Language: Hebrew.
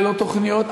ללא תוכניות,